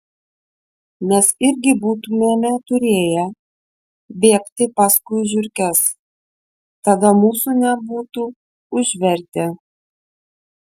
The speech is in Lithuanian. mes irgi būtumėme turėję bėgti paskui žiurkes tada mūsų nebūtų užvertę